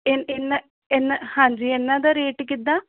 ਇਹ ਇਹਨਾ ਇਨਾ ਹਾਂਜੀ ਇਹਨਾਂ ਦਾ ਰੇਟ ਕਿੱਦਾਂ